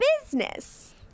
business